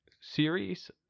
series